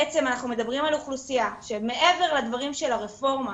בעצם אנחנו מדברים על אוכלוסייה שמעבר לדברים של הרפורמה